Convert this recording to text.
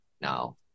now